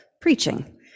preaching